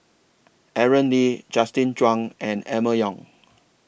Aaron Lee Justin Zhuang and Emma Yong